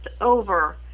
over